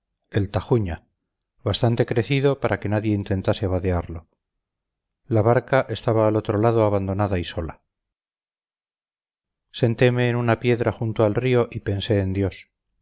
el tajuña bastante crecido para que nadie intentase vadearlo la barca estaba al otro lado abandonada y sola senteme en una piedra junto al río y pensé en dios